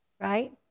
Right